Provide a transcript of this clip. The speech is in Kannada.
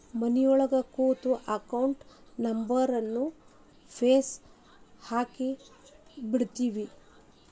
ಮನಿಯೊಳಗ ಕೂತು ಅಕೌಂಟ್ ನಂಬರ್ಗ್ ಫೇಸ್ ಹಾಕಿಬಿಡ್ತಿವಿ